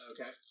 Okay